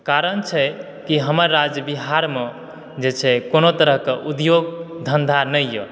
कारण छै की हमर राज्य बिहार मे जे छै कोनो तरह के उद्योग धंधा नहि यऽ